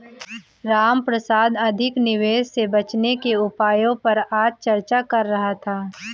रामप्रसाद अधिक निवेश से बचने के उपायों पर आज चर्चा कर रहा था